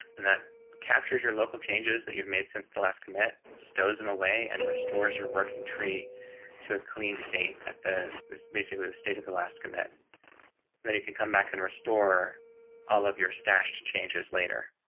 and that captures your local changes that you've made since the last commit stole them away and restores your working tree to a clean state at the the basically the state of the last commit jeff terrell and then you can come back and restore all of your stash changes later.